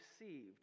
received